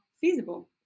feasible